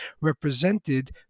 represented